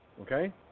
Okay